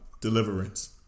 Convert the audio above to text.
deliverance